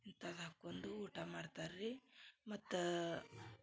ಇಂಥಾದ್ ಹಾಕೊಂಡು ಊಟ ಮಾಡ್ತರ ರೀ ಮತ್ತೆ